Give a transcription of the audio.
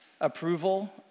approval